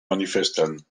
manifesten